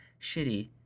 shitty